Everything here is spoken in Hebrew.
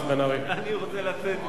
אני רוצה לצאת, ברשותך.